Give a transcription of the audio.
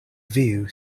view